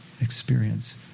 experience